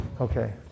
Okay